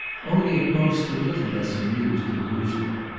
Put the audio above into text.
only at most a little less amused than usual.